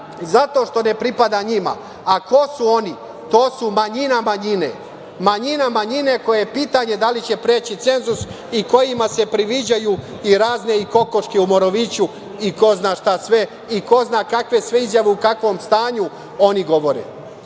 zato što ne pripada njima.A ko su oni? To su manjina manjine, manjina manjine koja je pitanje da li će preći cenzus i kojima se priviđaju i razne kokoške u Moroviću i ko zna šta sve i ko zna kakve sve izjave, u kakvom stanju oni govore. Dakle,